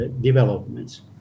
developments